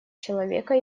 человека